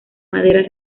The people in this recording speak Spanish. madera